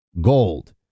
Gold